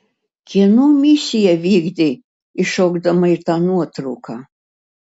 kieno misiją vykdei įšokdama į tą nuotrauką